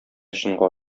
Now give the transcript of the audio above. чынга